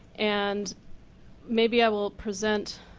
and maybe i will present